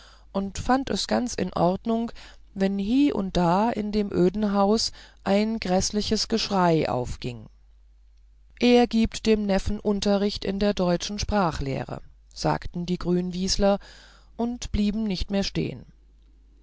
und fand es ganz in der ordnung wenn hie und da in dem öden hause ein gräßliches geschrei aufging er gibt dem neffen unterricht in der deutschen sprachlehre sagten die grünwieseler und blieben nicht mehr stehen